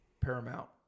paramount